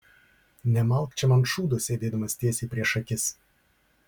nemalk čia man šūdo sėdėdamas tiesiai prieš akis